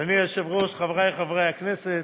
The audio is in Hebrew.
אדוני היושב-ראש, חברי חברי הכנסת,